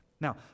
Now